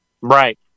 Right